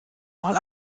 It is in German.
mal